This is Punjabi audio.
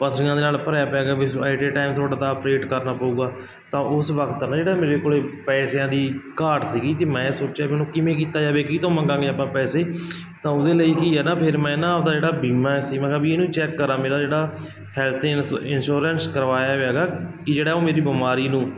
ਪਥਰੀਆਂ ਦੇ ਨਾਲ ਭਰਿਆ ਪਿਆ ਹੈਗਾ ਵੀ ਐਟ ਏ ਟੈਮ ਤੁਹਾਡਾ ਤਾਂ ਅਪਰੇਟ ਕਰਨਾ ਪਊਗਾ ਤਾਂ ਉਸ ਵਕਤ ਤਾਂ ਨਾ ਜਿਹੜਾ ਮੇਰੇ ਕੋਲ ਪੈਸਿਆਂ ਦੀ ਘਾਟ ਸੀਗੀ ਅਤੇ ਮੈਂ ਸੋਚਿਆ ਵੀ ਹੁਣ ਕਿਵੇਂ ਕੀਤਾ ਜਾਵੇ ਕਿਹਤੋਂ ਮੰਗਾਂਗੇ ਆਪਾਂ ਪੈਸੇ ਤਾਂ ਉਹਦੇ ਲਈ ਕੀ ਹੈ ਨਾ ਫਿਰ ਮੈਂ ਨਾ ਆਪਦਾ ਜਿਹੜਾ ਬੀਮਾ ਸੀ ਮੈਂ ਕਿਹਾ ਵੀ ਇਹਨੂੰ ਚੈੱਕ ਕਰਾਂ ਮੇਰਾ ਜਿਹੜਾ ਹੈਲਥ ਇਨ ਇੰਸ਼ੋਰੈਂਸ ਕਰਵਾਇਆ ਵੇ ਹੈਗਾ ਕਿ ਜਿਹੜਾ ਉਹ ਮੇਰੀ ਬਿਮਾਰੀ ਨੂੰ